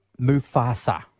Mufasa